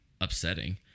upsetting